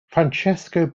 francesco